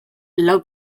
lau